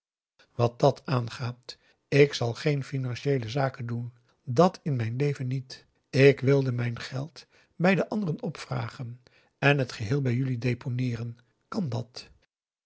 wat dàt aangaat ik zal geen finantiëele zaken doen dat in mijn leven niet ik wilde mijn geld bij de anderen opvragen en het geheel bij jelui deponeeren kan dat